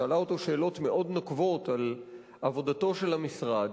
שאלה אותו שאלות מאוד נוקבות על עבודתו של המשרד.